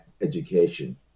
education